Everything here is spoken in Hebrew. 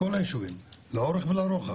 כל היישובים, לאורך ולרוחב,